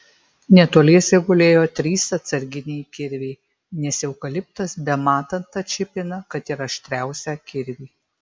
netoliese gulėjo trys atsarginiai kirviai nes eukaliptas bematant atšipina kad ir aštriausią kirvį